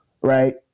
right